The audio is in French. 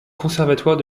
conservatoire